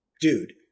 dude